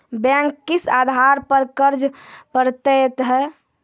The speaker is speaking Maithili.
बैंक किस आधार पर कर्ज पड़तैत हैं?